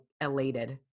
elated